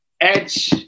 Edge